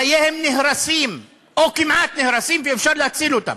חייהם נהרסים או כמעט נהרסים, ואפשר להציל אותם.